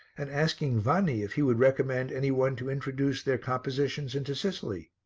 and asking vanni if he would recommend any one to introduce their compositions into sicily.